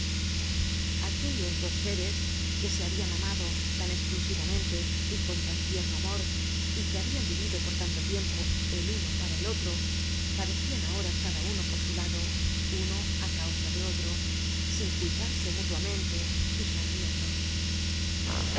aquellos dos seres que se habian amado tan exclusivamente y con tan tierno amor y que habian vivido por tanto tiempo el uno para el otro padecian ahora cada uno por su lado uno á causa de otro sin culparse mutuamente y sonriendo